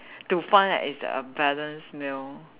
to find that it's a balanced meal